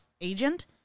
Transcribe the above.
agent